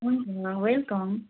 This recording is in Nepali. हुन्छ वेलकम्